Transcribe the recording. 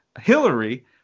Hillary